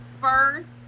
first